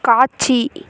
காட்சி